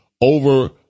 over